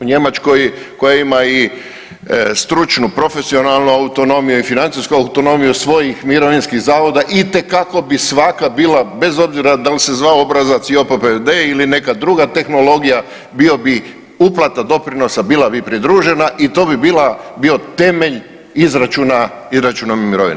U Njemačkoj koja ima i stručnu, profesionalnu autonomiju i financijsku autonomiju svojih mirovinskih zavoda itekako bi svaka bila bez obzira da li se zvao obrazac JOPPD ili neka druga tehnologija bio bi, uplata doprinosa bila bi pridružena i to bi bila, bio temelj izračuna mirovine.